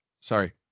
Sorry